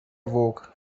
awoke